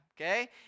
okay